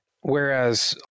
whereas